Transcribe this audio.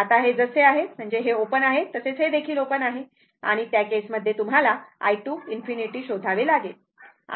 आता हे जसे आहे तसे हे ओपन आहे तसेच हे देखील ओपन आहे आणि त्या केस मध्ये तुम्हाला i2∞ शोधावे लागेल